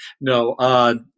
No